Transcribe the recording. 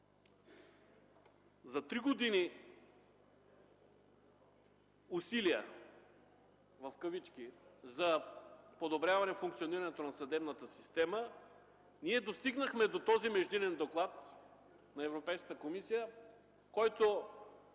За три години „усилия” за подобряване функционирането на съдебната система ние достигнахме до този Междинен доклад на Европейската комисия, който